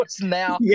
now